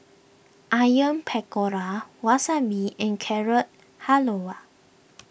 Onion Pakora Wasabi and Carrot Halwa